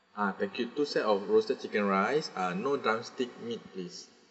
ah thank you two set of roasted chicken rice uh no drumstick meat please